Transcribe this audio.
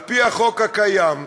על-פי החוק הקיים,